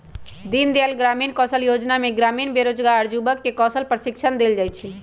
दीनदयाल ग्रामीण कौशल जोजना में ग्रामीण बेरोजगार जुबक के कौशल प्रशिक्षण देल जाइ छइ